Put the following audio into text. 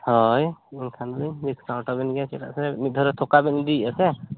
ᱦᱳᱭ ᱮᱱᱠᱷᱟᱱ ᱫᱚᱞᱤᱧ ᱰᱤᱥᱠᱟᱭᱩᱱᱴ ᱟᱹᱵᱤᱱᱟ ᱪᱮᱫᱟᱜ ᱥᱮ ᱢᱤᱫ ᱫᱷᱟᱣ ᱨᱮ ᱛᱷᱚᱠᱟ ᱵᱤᱱ ᱤᱫᱤᱭᱮᱫᱼᱟ ᱛᱚ